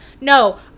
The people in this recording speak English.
no